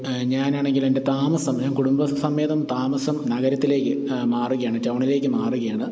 ഞാനാണെങ്കിൽ എൻ്റെ താമസം ഞാൻ കുടുംബസമേതം താമസം നഗരത്തിലേക്ക് മാറുകയാണ് ടൗണിലേക്ക് മാറുകയാണ്